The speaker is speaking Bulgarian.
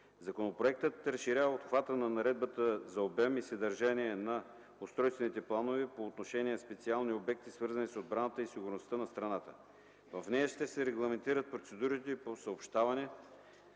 Законопроектът разширява обхвата на Наредбата за обем и съдържание на устройствените планове по отношение на специални обекти, свързани с отбраната и сигурността на страната. В нея ще се регламентира процедурите по съобщаване,